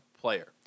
player